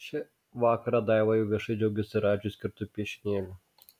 šį vakarą daiva jau viešai džiaugiasi radžiui skirtu piešinėliu